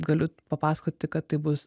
galiu papasakoti kad tai bus